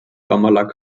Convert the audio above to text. ramallah